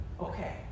Okay